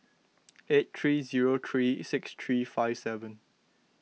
eight three zero three six three five seven